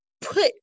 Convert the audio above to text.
put